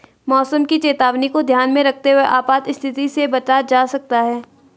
मौसम की चेतावनी को ध्यान में रखते हुए आपात स्थिति से बचा जा सकता है